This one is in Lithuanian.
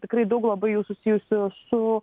tikrai daug labai jų susijusių su